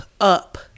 up